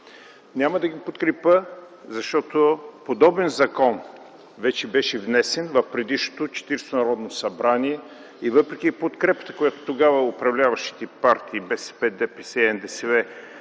Няма да ги подкрепя, защото подобен закон вече беше внесен в предишното Четиридесето Народно събрание и въпреки подкрепата, която тогава управляващите партии БСП, ДПС и НДСВ